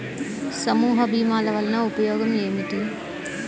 సమూహ భీమాల వలన ఉపయోగం ఏమిటీ?